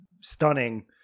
stunning